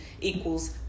equals